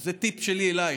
זה טיפ שלי אלייך.